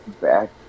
back